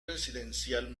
residencial